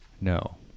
No